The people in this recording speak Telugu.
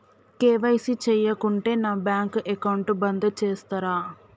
కే.వై.సీ చేయకుంటే నా బ్యాంక్ అకౌంట్ బంద్ చేస్తరా?